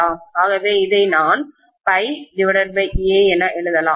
ஆகவே இதை ∅ A என எழுதலாம்